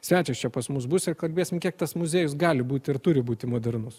svečias čia pas mus bus ir kalbėsim kiek tas muziejus gali būti ir turi būti modernus